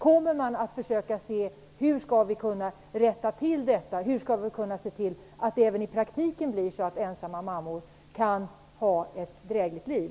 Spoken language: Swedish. Kommer man att försöka se efter hur man skall kunna rätta till detta och se till att det även i praktiken blir så att ensamma mammor kan ha ett drägligt liv?